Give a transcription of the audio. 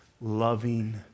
loving